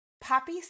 Poppy